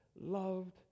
loved